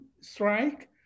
strike